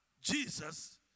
Jesus